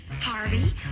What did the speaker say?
Harvey